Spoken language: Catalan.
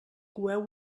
coeu